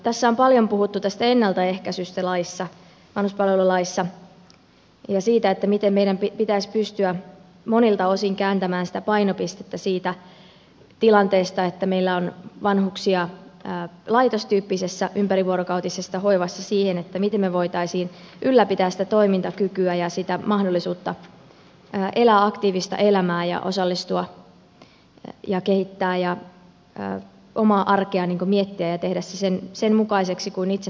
tässä on paljon puhuttu ennaltaehkäisystä vanhuspalvelulaissa ja siitä miten meidän pitäisi pystyä monilta osin kääntämään sitä painopistettä siitä tilanteesta että meillä on vanhuksia laitostyyppisessä ympärivuorokautisessa hoivassa siihen miten me voisimme ylläpitää toimintakykyä ja mahdollisuutta elää aktiivista elämää ja osallistua ja kehittää omaa arkea niin kuin miettiä ja tehdä se sen mukaiseksi kuin itse toivoo